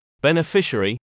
beneficiary